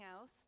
else